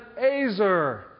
azer